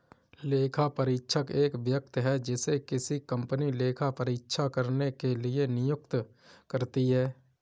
लेखापरीक्षक एक व्यक्ति है जिसे किसी कंपनी लेखा परीक्षा करने के लिए नियुक्त करती है